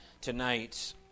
tonight